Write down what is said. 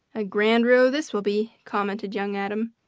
a grand row this will be, commented young adam.